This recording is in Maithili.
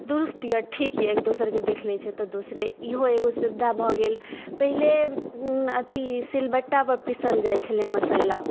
दुरुस्त यऽ ठीक यऽ एक दोसरके देख लै छै तऽ दोसर इहो एगो सुविधा भऽ गेल पहिले अथी सिलबट्टा पर पीसल जाइ छलै मसल्ला